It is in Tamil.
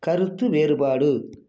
கருத்து வேறுபாடு